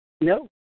No